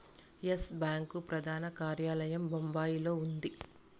yes Bank ప్రధాన కార్యాలయం బొంబాయిలో ఉంది